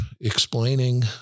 explaining